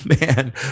Man